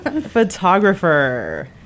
Photographer